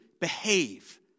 Behave